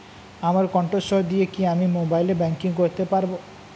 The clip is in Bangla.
আমার কন্ঠস্বর দিয়ে কি আমি মোবাইলে ব্যাংকিং করতে পারবো?